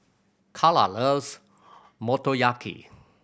Karla loves Motoyaki